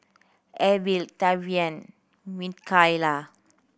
Abel Tavian Micayla